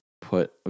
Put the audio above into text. put